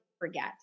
forget